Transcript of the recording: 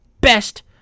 best